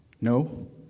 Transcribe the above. No